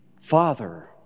Father